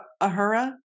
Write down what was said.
Ahura